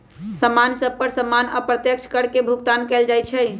समान सभ पर सामान्य अप्रत्यक्ष कर के भुगतान कएल जाइ छइ